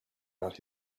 about